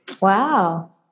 Wow